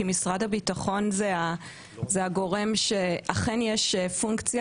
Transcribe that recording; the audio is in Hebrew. כי משרד הביטחון זה הגורם שאכן יש פונקציה